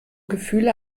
gefühle